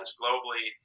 globally